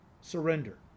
surrender